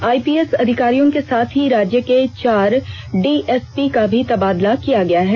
IPS अधिकारियों के साथ ही राज्य के चार डीएसपी का भी तबादला किया गया है